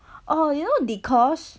oh you know dee-kosh